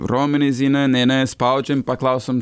raumenys zina ne ne spaudžiam paklausom